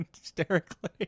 hysterically